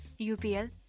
UPL